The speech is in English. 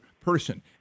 person